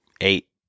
eight